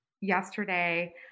yesterday